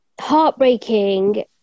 heartbreaking